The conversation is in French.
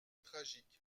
tragique